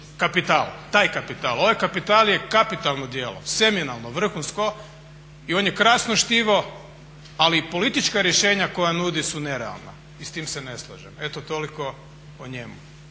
kapital, ovaj kapital je kapitalno djelo, seminalno, vrhunsko i on je krasno štivo ali politička rješenja koja nudi su nerealna i s time se ne slažem. Eto toliko o njemu.